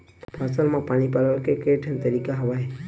फसल म पानी पलोय के केठन तरीका हवय?